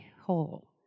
whole